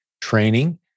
training